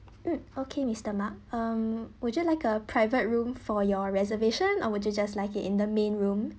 mm okay mister mark um would you like a private room for your reservation or would you just like it in the main room